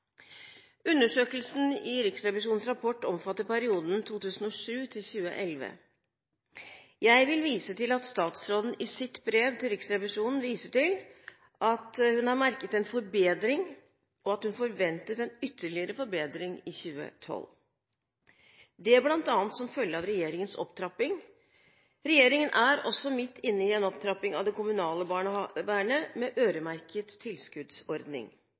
Undersøkelsen i Riksrevisjonens rapport omfatter perioden 2007–2011. Jeg vil vise til at statsråden i sitt brev til Riksrevisjonen viser til at hun har merket en forbedring, og at hun forventer en ytterligere forbedring i 2012, bl.a. som følge av regjeringens opptrapping. Regjeringen er også midt inne i en opptrapping av det kommunale barnevernet, med øremerket tilskuddsordning.